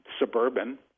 suburban